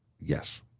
Yes